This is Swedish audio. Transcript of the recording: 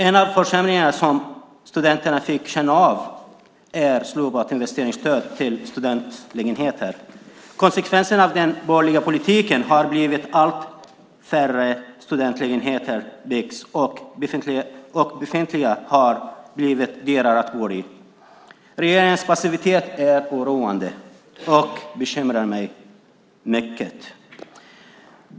En av försämringarna som studenterna fick känna av är slopat investeringsstöd till studentlägenheter. Konsekvenserna av den borgerliga politiken har blivit att allt färre studentlägenheter byggs och att befintliga har blivit dyrare att bo i. Regeringens passivitet är oroande och bekymrar mig mycket.